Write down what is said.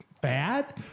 bad